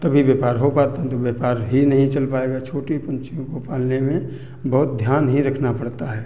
तभी व्यापार हो पाता है नहीं तो व्यापार भी नहीं चल पाएगा छोटे पंछियों को पालने में बहुत ध्यान ही रखना पड़ता है